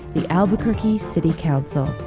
the albuquerque city council